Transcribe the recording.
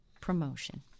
promotion